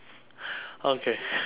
okay